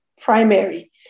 primary